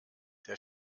der